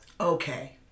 Okay